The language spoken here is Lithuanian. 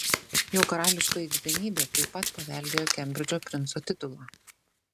jo karališkoji didenybė taip pat paveldėjo kembridžo princo titulą